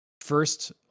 first